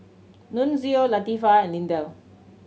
Nunzio Latifah and Lindell